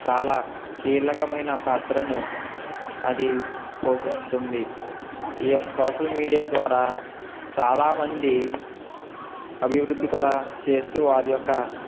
చాలా కీలకమైన పాత్రను అది పోషిస్తుంది ఈ యొక్క సోషల్ మీడియా ద్వారా చాలామంది అభివృద్ధి కూడా చేస్తూ వారి యొక్క